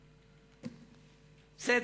בסדר.